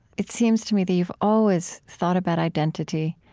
it seems to me that you've always thought about identity.